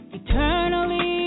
eternally